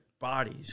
bodies